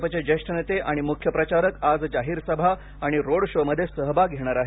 भाजपचे ज्येष्ठ नेते आणि मुख्य प्रचारक आज जाहीर सभा आणि रोड शो मध्ये सहभाग घेणार आहेत